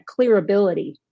clearability